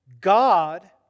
God